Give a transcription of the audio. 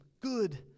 good